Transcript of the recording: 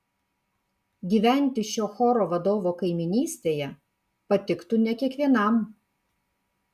gyventi šio choro vadovo kaimynystėje patiktų ne kiekvienam